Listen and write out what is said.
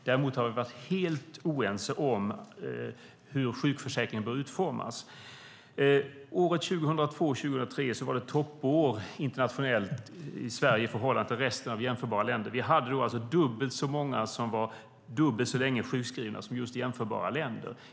Däremot har vi varit helt oense om hur sjukförsäkringen bör utformas. År 2002 och 2003 var det toppår i Sverige i förhållande till resten av jämförbara länder. Vi hade dubbelt så många som var sjukskrivna dubbelt så länge som i just jämförbara länder.